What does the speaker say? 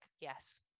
yes